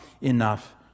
enough